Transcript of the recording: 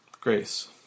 Grace